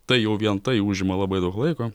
tai jau vien tai užima labai daug laiko